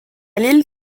l’île